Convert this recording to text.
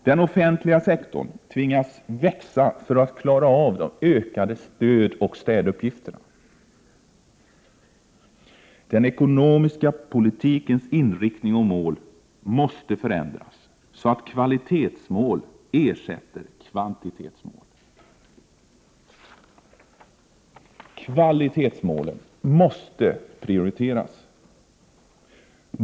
Den offentliga sektorn tvingas växa för att klara av de ökade stödoch städuppgifterna. Den ekonomiska politikens inriktning och mål måste förändras så att kvalitetsmål ersätter kvantitetsmål. Kvalitetsmålen måste prioriteras.